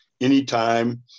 anytime